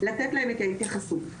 לתת להם את ההתייחסות.